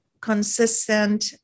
consistent